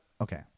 okay